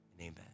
amen